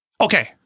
Okay